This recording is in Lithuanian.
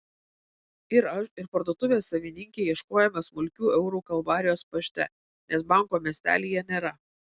ir aš ir parduotuvės savininkė ieškojome smulkių eurų kalvarijos pašte nes banko miestelyje nėra